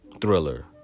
thriller